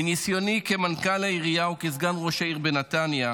מניסיוני כמנכ"ל העירייה וכסגן ראש העיר בנתניה,